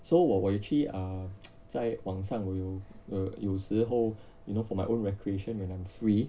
so 我我有去 err 在网上我有有时侯 you know for my own recreation when I'm free